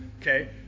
okay